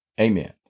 Amen